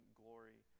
glory